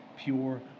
pure